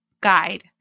Guide